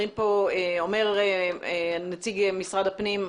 אומר פה נציג משרד הפנים,